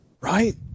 right